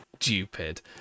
stupid